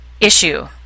issue